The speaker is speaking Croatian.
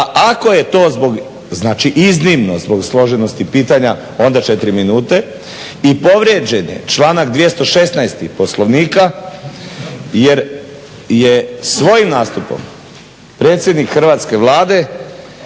zbog, znači iznimno, zbog složenosti pitanja onda 4 minute. I povrijeđen je članak 216. Poslovnika jer je svojim nastupom predsjednik Hrvatske vlade